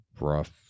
rough